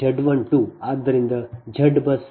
5 0